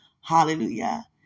Hallelujah